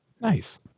Nice